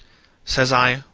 says i,